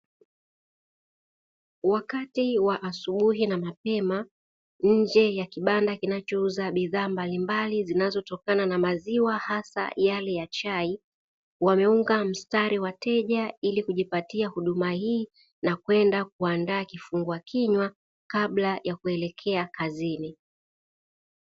Wakati wa asubuhi na mapema nje ya kibanda kinachouza bidhaa mbalimbali zinazotokana na maziwa hasa yale ya chai, wameunga mstari wateja ili kujipatia huduma hii na kwenda kuandaa kifungua kinywa kabla ya kuelekea kazini.